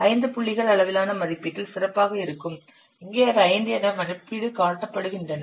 ஐந்து புள்ளிகள் அளவிலான மதிப்பீட்டில் சிறப்பாக இருக்கும் இங்கே அது ஐந்து என மதிப்பீடு காட்டப்படுகின்றன